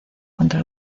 contra